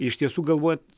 iš tiesų galvot